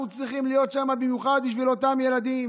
אנחנו צריכים להיות שם במיוחד בשביל אותם ילדים,